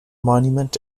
monument